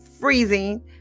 freezing